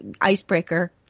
icebreaker